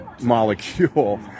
molecule